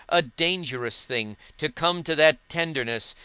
a dangerous thing, to come to that tenderness,